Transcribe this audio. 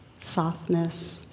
softness